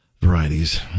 Varieties